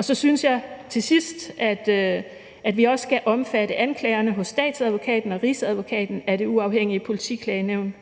Så synes jeg til sidst, at vi også skal omfatte anklagerne hos Statsadvokaten og Rigsadvokaten af det uafhængige klagenævn.